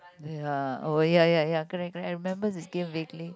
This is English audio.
ya oh ya ya ya correct correct I remember the game lately